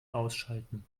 ausschalten